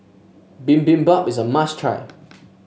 bibimbap is a must try